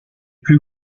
plus